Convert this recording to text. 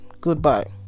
goodbye